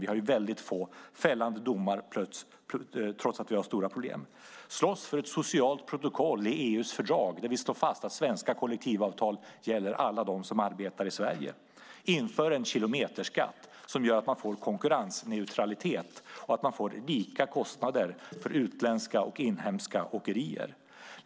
Vi har väldigt få fällande domar trots att vi har stora problem. Slåss för ett socialt protokoll i EU:s fördrag där vi slår fast att svenska kollektivavtal gäller alla som arbetar i Sverige! Inför en kilometerskatt som gör att man får konkurrensneutralitet och lika kostnader för utländska och inhemska åkerier!